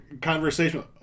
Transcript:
conversation